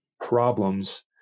problems